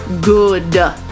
good